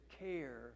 care